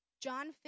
John